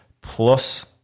plus